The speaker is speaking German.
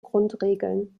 grundregeln